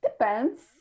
Depends